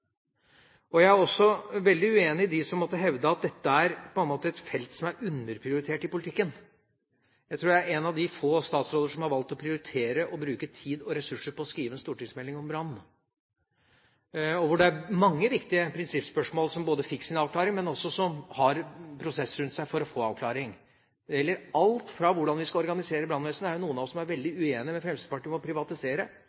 Jeg er også veldig uenig med dem som måtte hevde at dette på mange måter er et felt som er underprioritert i politikken. Jeg tror jeg er en av de få statsråder som har valgt å prioritere å bruke tid og ressurser på å skrive en stortingsmelding om brannsikkerhet, der mange viktige prinsippspørsmål fikk sin avklaring, men som det også er en prosess rundt for å få en avklaring. Det gjelder alt fra hvordan vi skal organisere brannvesenet – det er jo noen av oss som er veldig